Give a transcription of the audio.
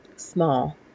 small